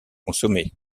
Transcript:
consommée